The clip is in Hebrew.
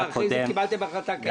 ואחרי זה קיבלתם החלטה כן לתת.